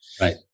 Right